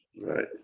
Right